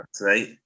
right